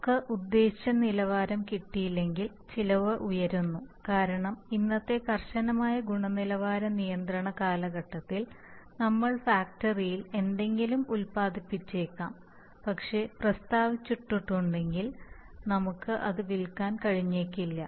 നമുക്ക് ഉദ്ദേശിച്ച് നിലവാരം കിട്ടിയില്ലെങ്കിൽ ചിലവ് ഉയരുന്നു കാരണം ഇന്നത്തെ കർശനമായ ഗുണനിലവാര നിയന്ത്രണ കാലഘട്ടത്തിൽ നമ്മൾ ഫാക്ടറിയിൽ എന്തെങ്കിലും ഉൽപാദിപ്പിച്ചേക്കാം പക്ഷേ പ്രസ്താവിച്ചിട്ടുണ്ടെങ്കിൽ നമുക്ക് അത് വിൽക്കാൻ കഴിഞ്ഞേക്കില്ല